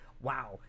wow